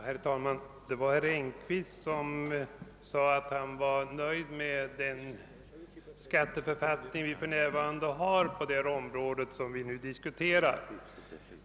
Herr talman! Herr Engkvist sade att han var nöjd med den skatteförfattning som finns på det område vi nu diskuterar.